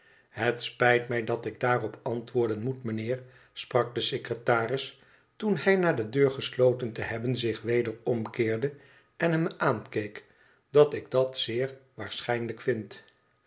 het spijt mij dat ik daarop antwoorden moet mijnheer sprak de secretaris toen hij na de deur gesloten te hebben zich weder omkeerde en hem aankeek i dat ik dat zeer waarschijnlijk vind